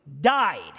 died